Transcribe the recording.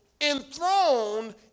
enthroned